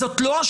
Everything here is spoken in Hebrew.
זאת לא השאלה.